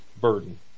burden